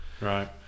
Right